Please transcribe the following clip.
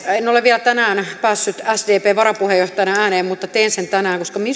en ole vielä tänään päässyt sdpn varapuheenjohtajana ääneen mutta teen sen tänään koska